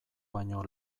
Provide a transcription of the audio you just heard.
baino